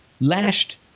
lashed